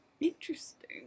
Interesting